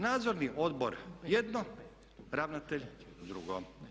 Nadzorni odbor jedno, ravnatelj drugo.